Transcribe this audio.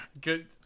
good